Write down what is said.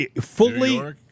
fully